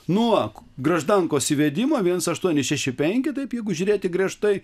nuo graždankos įvedimo viens aštuoni šeši penki taip jeigu žiūrėti griežtai